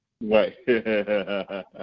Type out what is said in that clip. Right